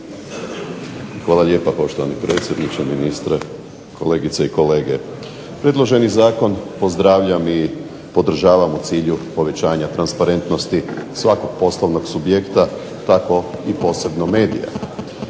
Hvala lijepa poštovani predsjedniče, ministre, kolegice i kolege. Predloženi zakon pozdravljam i podržavam u cilju povećanja transparentnosti svakog poslovnog subjekta tako i posebno medija.